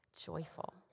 joyful